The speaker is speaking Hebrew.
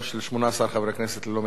ללא מתנגדים וללא נמנעים.